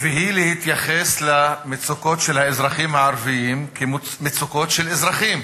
והיא להתייחס למצוקות של האזרחים הערבים כאל מצוקות של אזרחים,